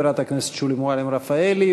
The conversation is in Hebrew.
חברת הכנסת שולי מועלם-רפאלי,